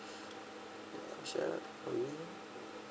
let me check for you